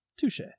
Touche